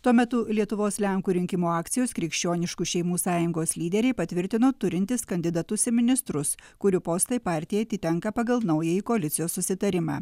tuo metu lietuvos lenkų rinkimų akcijos krikščioniškų šeimų sąjungos lyderiai patvirtino turintys kandidatus į ministrus kurių postai partijai atitenka pagal naująjį koalicijos susitarimą